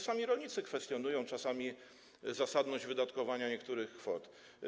Sami rolnicy kwestionują czasami zasadność wydatkowania niektórych kwot.